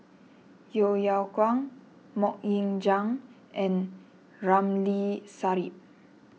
Yeo Yeow Kwang Mok Ying Jang and Ramli Sarip